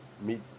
meet